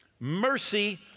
Mercy